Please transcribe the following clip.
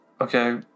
Okay